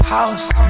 House